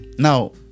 Now